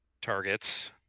targets